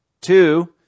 Two